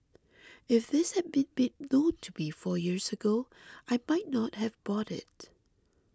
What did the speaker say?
if this had been made known to me four years ago I might not have bought it